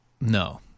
No